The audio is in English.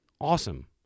Awesome